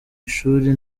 ishuri